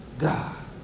God